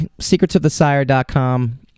secretsofthesire.com